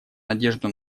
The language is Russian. надежду